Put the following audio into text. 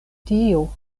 tio